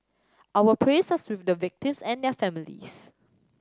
our prayers are with the victims and their families